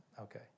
Okay